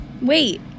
wait